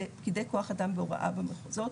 זה פקידי כוח אדם והוראה במחוזות,